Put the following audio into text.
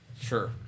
Sure